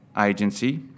agency